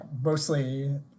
mostly